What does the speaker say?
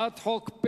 24,